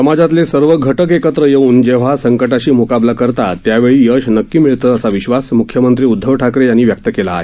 समाजातले सर्व घटक एकत्र येऊन जेव्हा संकटाशी मुकाबला करतात त्यावेळी यश नक्की मिळतं असा विश्वास म्ख्यमंत्री उद्धव ठाकरे यांनी व्यक्त केला आहे